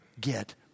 get